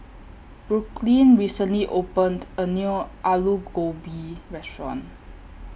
Brooklyn recently opened A New Alu Gobi Restaurant